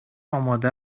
آماده